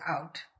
out